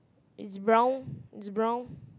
is brown